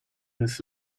this